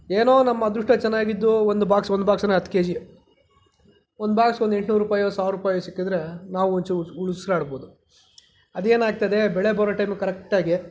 ಏನೋ ನಮ್ಮ ಅದೃಷ್ಟ ಚೆನ್ನಾಗಿದ್ದು ಒಂದು ಬಾಕ್ಸ್ ಒಂದು ಬಾಕ್ಸ್ ಅಂದರೆ ಹತ್ತು ಕೆ ಜಿ ಒಂದು ಬಾಕ್ಸ್ಗೊಂದು ಎಂಟುನೂರು ರೂಪಾಯಿಯೋ ಸಾವಿರ ರೂಪಾಯಿಯೋ ಸಿಕ್ಕಿದರೆ ನಾವೊಂದ್ಚೂರು ಉಸ್ ಉಸಿರಾಡಬಹುದು ಅದೇನಾಗ್ತದೆ ಬೆಳೆ ಬರೋ ಟೈಮಿಗೆ ಕರೆಕ್ಟಾಗಿ